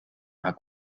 mal